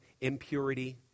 impurity